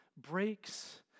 breaks